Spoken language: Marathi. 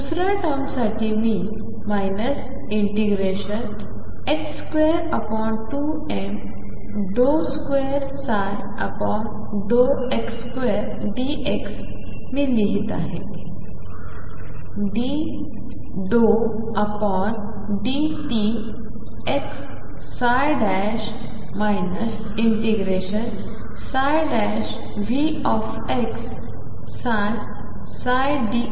दुसऱ्या टर्मसाठी मी 22m2x2dx मी लिहित आहे dψdtx ∫VxψψdxI मध्ये लिहित आहे